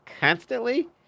constantly